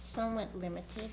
somewhat limited